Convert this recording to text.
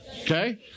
okay